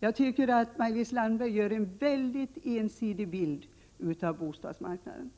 Maj-Lis Landberg ger en mycket ensidig bild av bostadsmarknaden.